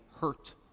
hurt